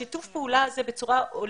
שיתוף הפעולה הזה בצורה הוליסטית,